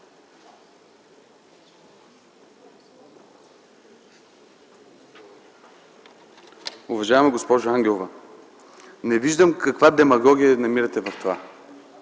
Уважаема госпожо Ангелова, не виждам каква демагогия намирате в това.